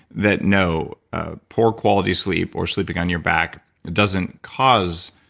that, no, ah poor quality sleep or sleeping on your back doesn't cause